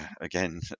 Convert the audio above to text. again